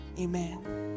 amen